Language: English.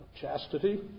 chastity